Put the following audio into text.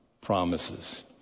promises